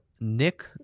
Nick